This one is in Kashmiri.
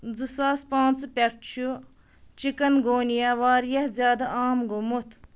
زٕ ساس پانٛژٕ پٮ۪ٹھ چھُ چِکَنگونیا واریاہ زیادٕ عام گوٚمُت